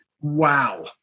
Wow